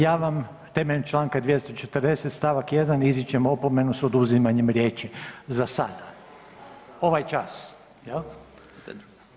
Ja vam temeljem Članka 240. stavak 1. izričem opomenu s oduzimanjem riječi za sada, ovaj čas, jel.